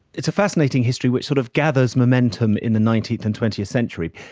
it's a fascinating history which sort of gathers momentum in the nineteenth and twentieth century.